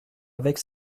avec